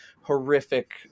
horrific